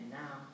now